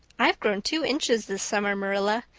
i've grown two inches this summer, marilla.